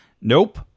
Nope